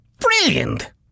Brilliant